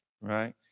Right